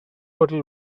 hotel